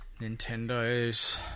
Nintendos